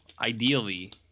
ideally